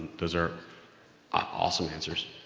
those are are awesome answers.